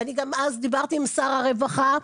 ואז דיברתי גם עם שר הרווחה,